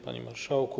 Panie Marszałku!